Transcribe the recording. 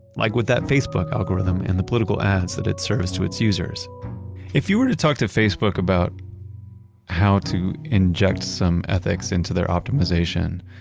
like with that facebook algorithm and the political ads that it serves to its user if you were to talk to facebook about how to inject some ethics into their optimization,